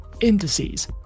indices